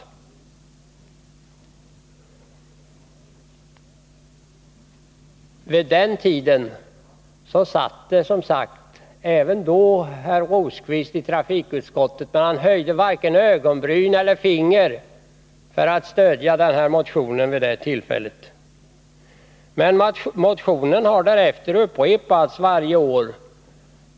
Även vid den tiden satt, som sagt, herr Rosqvist, i trafikutskottet, men han höjde varken ögonbryn eller finger för att stödja motionen. Motionen har emellertid upprepats varje år.